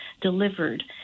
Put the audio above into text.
delivered